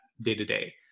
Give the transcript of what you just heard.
day-to-day